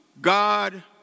God